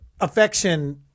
affection